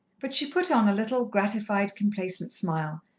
but she put on a little, gratified, complacent smile,